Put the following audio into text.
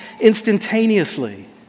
instantaneously